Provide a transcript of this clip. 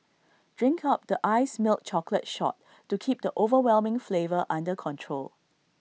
drink up the iced milk chocolate shot to keep the overwhelming flavour under control